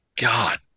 God